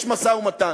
יש משא-ומתן.